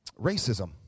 racism